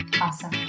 Awesome